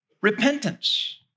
Repentance